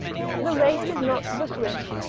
the race is not to the swift,